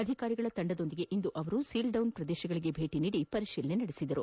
ಅಧಿಕಾರಿಗಳ ತಂಡದೊಂದಿಗೆ ಇಂದು ಅವರು ಸೀಲ್ಡೌನ್ ಪ್ರದೇಶಗಳಿಗೆ ಭೇಟನೀಡಿ ಪರಿಶೀಲಿಸಿದರು